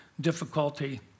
difficulty